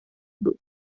بود